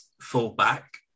fullback